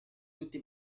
tutti